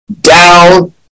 down